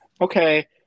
Okay